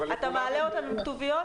אתה מעלה אותם עם כתוביות?